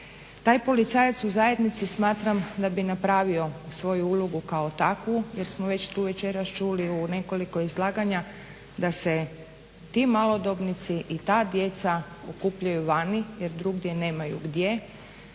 Taj policajaca u zajednici smatram da bi napravio svoju ulogu kao takvu jer smo već tu večeras čuli u nekoliko izlaganja da se ti malodobnici i ta djeca okupljaju vani jer drugdje nemaju gdje.